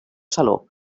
saló